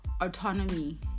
Autonomy